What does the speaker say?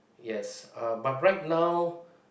yes uh but right now